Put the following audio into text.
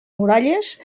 muralles